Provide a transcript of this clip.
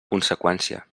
conseqüència